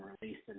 released